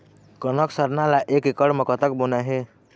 कनक सरना ला एक एकड़ म कतक बोना हे?